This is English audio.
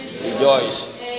Rejoice